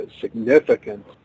significant